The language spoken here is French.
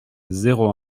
zéro